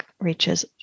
reaches